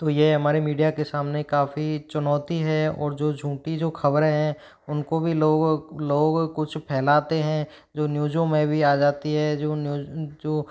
तो यह हमारे मीडिया के सामने काफ़ी चुनौती है और जो झूठी जो ख़बरें हैं उन को भी लोगो लोग कुछ फैलाते हैं जो न्यूज़ों में भी आ जाती है जो